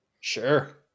Sure